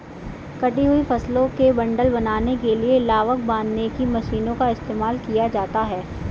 कटी हुई फसलों के बंडल बनाने के लिए लावक बांधने की मशीनों का इस्तेमाल किया जाता है